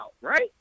right